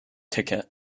ticket